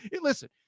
Listen